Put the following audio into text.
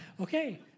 okay